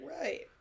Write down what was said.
Right